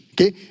okay